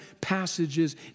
passages